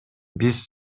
биз